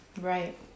right